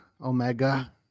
Omega